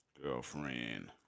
Girlfriend